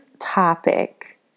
topic